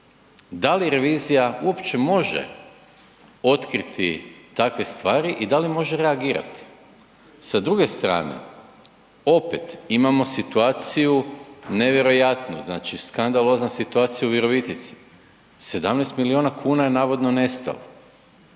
Da li revizija uopće može otkriti takve stavi i da li može reagirati? Sa druge strane, opet imamo situaciju nevjerojatno, znači skandalozna situacija u Virovitici. 17 milijuna kuna je navodno nestalo.